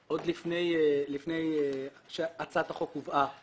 עוד לפני שהצעת החוק הובאה.